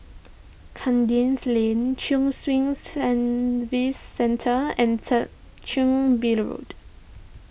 Kandis Lane Chin Swee Service Centre and Third Chin Bee Road